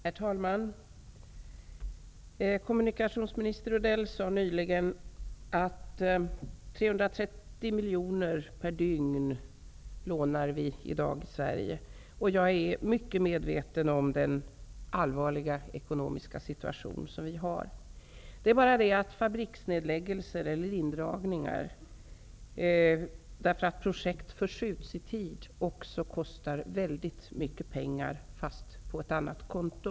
Herr talman! Kommunikationsminister Odell sade nyligen att vi i Sverige i dag lånar 330 mkr per dygn. Jag är helt medveten om den allvarliga ekonomiska situationen. Fabriksnedläggelser eller indragningar till följd av att projekt förskjuts i tid kostar också mycket pengar. Men de tas från ett annat konto.